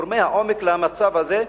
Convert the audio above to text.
גורמי העומק למצב הזה,